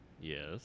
Yes